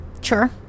sure